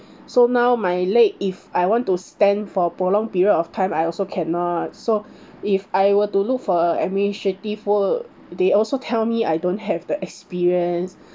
so now my leg if I want to stand for prolonged period of time I also cannot so if I were to look for a administrative work they also tell me I don't have the experience